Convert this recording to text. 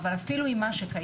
אבל אפילו עם מה שקיים,